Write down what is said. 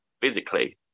physically